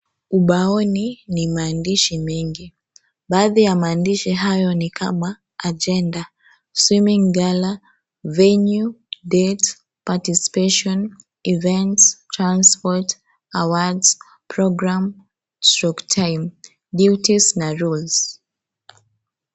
Ubaoni ni maandishi mengi. Baadhi ya maandishi hayo ni kama ajenda Swimming gala , venue , date , participation , event , transport, awards , programme/ time , duties na rules .